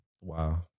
Wow